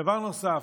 דבר נוסף,